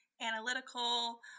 analytical